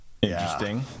Interesting